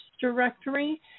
directory